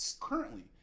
currently